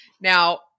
Now